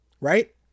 right